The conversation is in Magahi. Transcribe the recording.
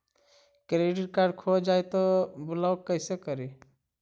क्रेडिट कार्ड खो जाए तो ब्लॉक कैसे करी?